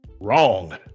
wrong